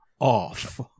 off